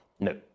No